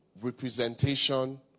representation